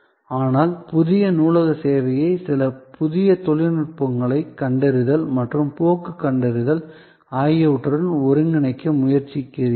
ஆனால் புதிய நூலக சேவையை சில புதிய தொழில்நுட்பங்களைக் கண்டறிதல் மற்றும் போக்கு கண்டறிதல் ஆகியவற்றுடன் ஒருங்கிணைக்க முயற்சிக்கிறீர்கள்